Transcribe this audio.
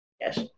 Yes